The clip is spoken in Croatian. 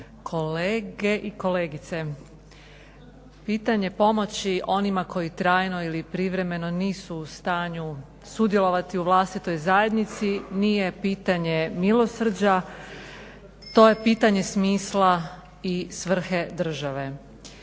kolege i kolegice. Pitanje pomoći onima koji trajno ili privremeno nisu u stanju sudjelovati u vlastitoj zajednici nije pitanje milosrđa, to je pitanje smisla i svrhe države.